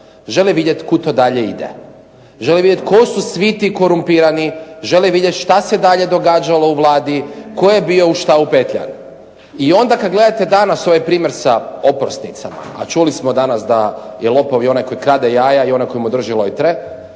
Žele vidjeti kud to dalje ide. Žele vidjeti tko su svi ti korumpirani, žele vidjeti što se dalje događalo u Vladi, tko je bio u što upetljan. I onda kad gledate danas ovaj primjer sa oprosnicama, a čuli smo danas da je lopov i onaj koji krade jaja i onaj koji mu drži lojtre,